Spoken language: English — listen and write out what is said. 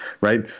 right